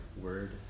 word